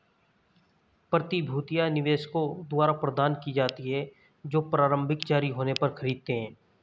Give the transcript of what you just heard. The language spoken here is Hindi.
प्रतिभूतियां निवेशकों द्वारा प्रदान की जाती हैं जो प्रारंभिक जारी होने पर खरीदते हैं